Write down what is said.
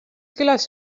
külas